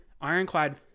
ironclad